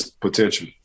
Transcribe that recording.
potential